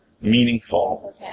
meaningful